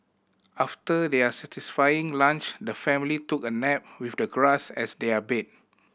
after their satisfying lunch the family took a nap with the grass as their bed